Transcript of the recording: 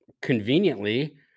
conveniently